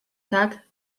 tak